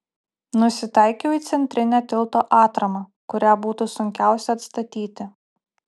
nusitaikiau į centrinę tilto atramą kurią būtų sunkiausia atstatyti